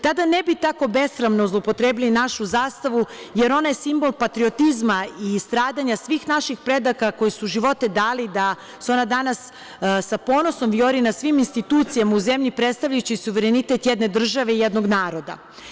Tada ne bi tako besramno zloupotrebili našu zastavu, jer ona je simbol patriotizma i stradanja svih naših predaka koji su živote dali da se ona danas sa ponosom vijori na svim institucijama u zemlji predstavljajući suverenitet jedne države, jednog naroda.